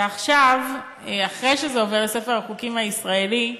ועכשיו, אחרי שזה עובר לספר החוקים הישראלי,